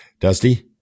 dusty